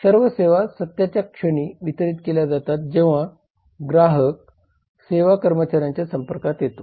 सर्व सेवा सत्याच्या क्षणी वितरित केल्या जातात जेव्हा ग्राहक सेवा कर्मचाऱ्यांच्या संपर्कात येतो